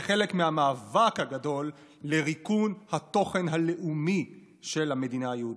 כחלק מהמאבק הגדול לריקון התוכן הלאומי של המדינה היהודית.